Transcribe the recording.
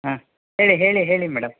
ಹಾಂ ಹೇಳಿ ಹೇಳಿ ಹೇಳಿ ಮೇಡಮ್